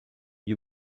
you